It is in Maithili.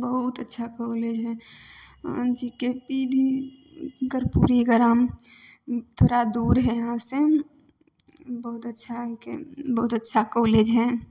बहुत अच्छा कॉलेज हइ G K P D Karpoori Gram थोड़ा दूर हइ इहाँसँ बहुत अच्छाके बहुत अच्छा कॉलेज हइ